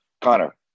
Connor